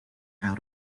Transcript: out